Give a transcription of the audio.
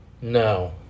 No